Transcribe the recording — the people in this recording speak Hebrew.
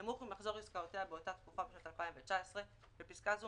נמוך ממחזור עסקאותיו באותה תקופה בשנת 2019 (בפסקה זו,